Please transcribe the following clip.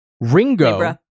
Ringo